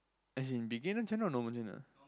as in beginner channel or normal channel